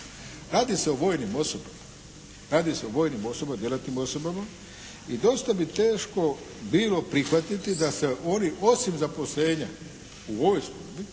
Radi se o vojnim osobama. Radi se o vojnim osobama, djelatnim osobama i dosta bi teško bilo prihvatiti da se oni osim zaposlenja u vojsku